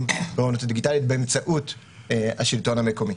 באוריינות הדיגיטלית באמצעות השלטון המקומי.